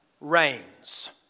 reigns